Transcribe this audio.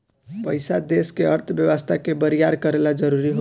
पइसा देश के अर्थव्यवस्था के बरियार करे ला जरुरी होला